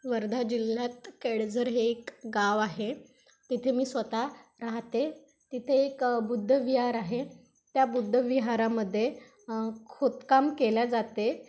वर्धा जिल्ह्यात केळझर हे एक गाव आहे तिथे मी स्वतः राहते तिथे एक बुद्धविहार आहे त्या बुद्धविहारामध्ये खोदकाम केल्या जाते